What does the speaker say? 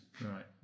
Right